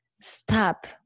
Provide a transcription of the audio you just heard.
stop